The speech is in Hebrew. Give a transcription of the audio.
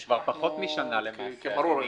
זה פחות משנה כבר.